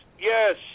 yes